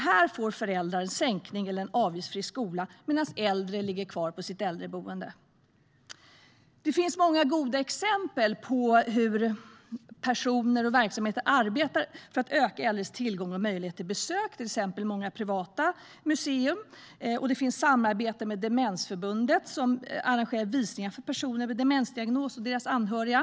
Här får föräldrar en sänkning av avgiften eller en avgiftsfri skola, medan äldre ligger kvar på sitt äldreboende. Det finns många goda exempel på hur personer och verksamheter arbetar för att öka äldres tillgång till och möjlighet till besök. Det gäller till exempel många privata museer. Det finns samarbete med Demensförbundet som arrangerar visningar för personer med demensdiagnos och deras anhöriga.